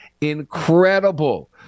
incredible